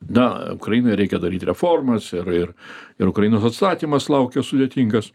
na ukrainai reikia daryt reformas ir ir ir ukrainos atstatymas laukia sudėtingas